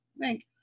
thank